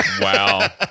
Wow